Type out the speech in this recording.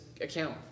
account